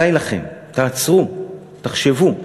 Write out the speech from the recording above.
די לכם, תעצרו, תחשבו.